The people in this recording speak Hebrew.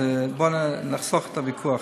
אז בואי נחסוך את הוויכוח.